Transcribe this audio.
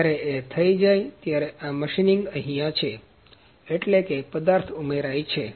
જ્યારે એ થઈ જાય ત્યારે આ મશીનિંગ અહીંયા છે અટલેકે પદાર્થ ઉમેરાય છે